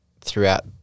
throughout